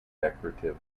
decorative